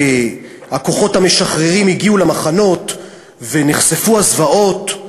והכוחות המשחררים הגיעו למחנות, ונחשפו הזוועות,